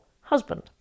husband